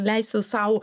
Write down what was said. leisiu sau